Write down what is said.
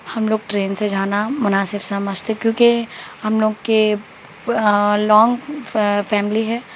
ہم لوگ ٹرین سے جانا مناسب سمجھتے کیونکہ ہم لوگ کے لانگ فیملی ہے